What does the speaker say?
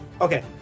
Okay